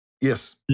Yes